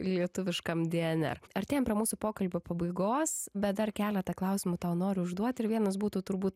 lietuviškam dnr artėjam prie mūsų pokalbio pabaigos bet dar keletą klausimų tau noriu užduoti ir vienas būtų turbūt